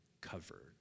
covered